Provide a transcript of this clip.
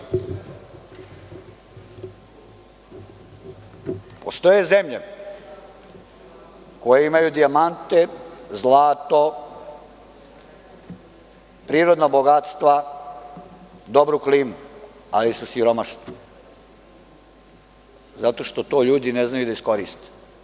Postoje zemlje koje imaju dijamante, zlato, prirodna bogatstva, dobru klimu, ali su siromašne, zato što to ljudi ne znaju da iskoriste.